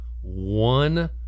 One